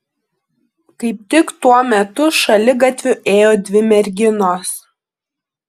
kaip tik tuo metu šaligatviu ėjo dvi merginos